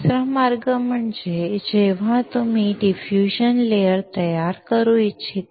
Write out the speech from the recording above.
दुसरा मार्ग म्हणजे जेव्हा तुम्ही डिफ्यूजन लेयर तयार करू इच्छिता